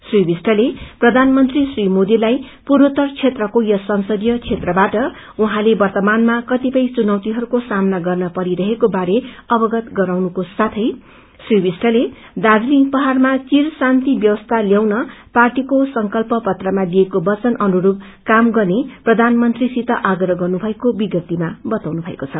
श्री विश्टले प्रधानमन्त्री श्री मोदीलाई पूर्वोत्तर क्षेत्रको यस संसदीय क्षेत्रबाट उहाँले वर्त्तमानमा कतिपय चुनौतिको सामना गर्न परि रहेको बारे प्रधानमन्त्रीलाई अवगत गराएको साथै श्री विष्टले दार्जीलिङ पहाड़मा चीर शान्ति व्यवस्था ल्याउन पार्टीको संकल्प पत्रमा दिएको बचन अनुस्रुप काम गर्ने प्रधानमन्त्री सित आग्रह गर्नु भएको विज्ञप्तीमा बताउनु भएको छ